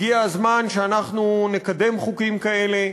הגיע הזמן שאנחנו נקדם חוקים כאלה: